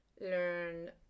Learn